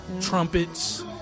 trumpets